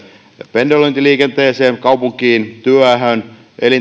pendelöintiliikenteeseen kaupunkiin työhön